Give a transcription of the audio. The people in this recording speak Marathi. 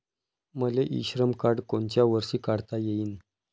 मले इ श्रम कार्ड कोनच्या वर्षी काढता येईन?